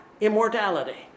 Immortality